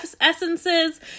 Essences